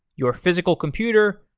your physical computer,